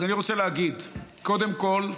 אז אני רוצה להגיד, קודם כול,